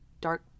dark